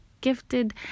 gifted